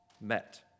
Met